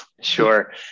sure